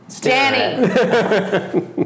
Danny